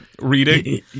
reading